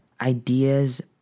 ideas